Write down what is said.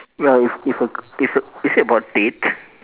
well if if a if a is it about the date